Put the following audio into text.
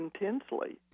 intensely